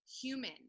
human